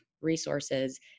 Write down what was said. resources